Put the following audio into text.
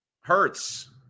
Hurts